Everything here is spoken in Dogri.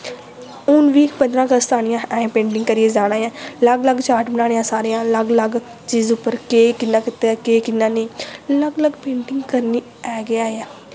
हून बी पंदरां अगस्त आनी ऐ असें पेंटिंग करियै जाना ऐ अलग अलग चार्ट बनाने ऐ सारेआं अलग अलग चीज़ उप्पर केह् कि'यां कीते दा केह् कि'यां नेईं अलग अलग पेंटिंग करनी ऐ गै ऐ